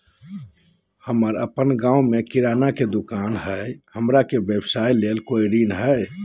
हमर अपन गांव में किराना के दुकान हई, हमरा के व्यवसाय ला कोई ऋण हई?